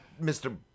Mr